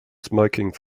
smoking